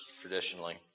traditionally